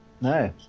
No